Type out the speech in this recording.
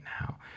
now